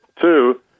Two